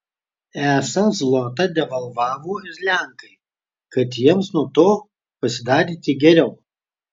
esą zlotą devalvavo ir lenkai tad jiems nuo to pasidarė tik geriau